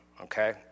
okay